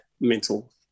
mental